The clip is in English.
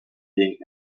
being